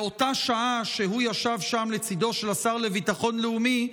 באותה שעה שהוא ישב שם לצידו של השר לביטחון לאומי,